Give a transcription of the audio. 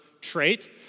trait